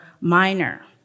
Minor